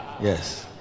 Yes